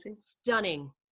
stunning